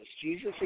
Jesus